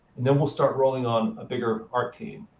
and then we'll start rolling on a bigger art team.